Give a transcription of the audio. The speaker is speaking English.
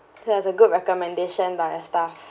it was a good recommendation by a staff